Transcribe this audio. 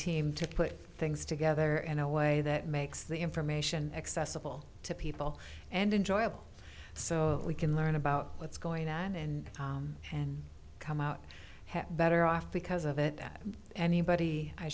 team to put things together in a way that makes the information accessible to people and enjoyable so we can learn about what's going on and and come out have better off because of it that anybody i